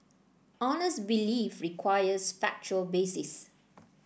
honest belief requires factual basis